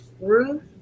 Ruth